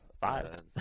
five